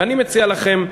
ואני מציע לכם,